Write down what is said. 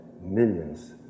millions